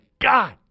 God